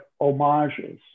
homages